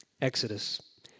Exodus